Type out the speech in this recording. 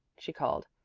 she called.